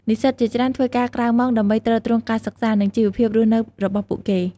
និស្សិតជាច្រើនធ្វើការក្រៅម៉ោងដើម្បីទ្រទ្រង់ការសិក្សា និងជីវភាពរស់នៅរបស់ពួកគេ។